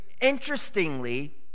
interestingly